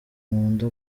nkunda